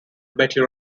betty